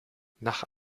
nach